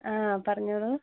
ആ പറഞ്ഞോളൂ